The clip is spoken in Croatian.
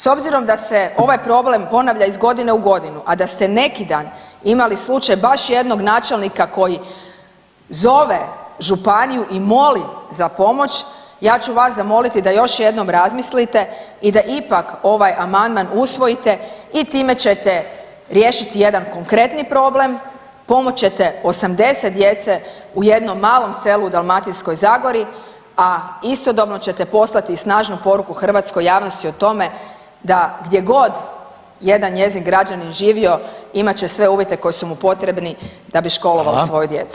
S obzirom da se ovaj problem ponavlja iz godine u godinu, a da ste neki dan imali slučaj baš jednog načelnika koji zove županiju i moli za pomoć ja ću vas zamoliti da još jednom razmislite i da ipak ovaj amandman usvojite i time ćete riješiti jedan konkretni problem, pomoći ćete 80 djece u jednom malom selu u Dalmatinskoj zagori, a istodobno ćete poslati i snažnu poruku hrvatskoj javnosti o tome da gdje god jedan njezin građanin živio imat će sve uvjete koji su mu potrebi da bi školovao svoju djecu.